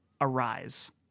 arise